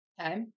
Okay